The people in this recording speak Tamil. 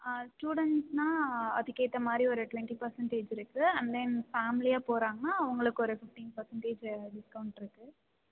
ஆ ஸ்டுடெண்ட்ஸுன்னா அதுக்கு ஏற்ற மாதிரி ஒரு டுவெண்ட்டி பர்சண்டேஜ் இருக்குது அண்ட் தென் ஃபேமிலியாக போகிறாங்கன்னா அவங்களுக்கு ஒரு ஃபிப்டின் பர்சண்டேஜ் டிஸ்கவுண்ட்டு இருக்குது